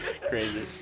Crazy